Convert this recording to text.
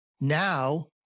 now